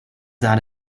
that